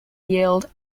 yield